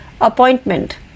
appointment